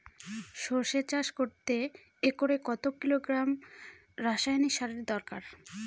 সরষে চাষ করতে একরে কত কিলোগ্রাম রাসায়নি সারের দরকার?